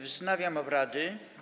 Wznawiam obrady.